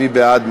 מי בעד?